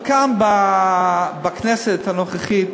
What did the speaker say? אבל כאן בכנסת הנוכחית